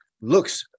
looks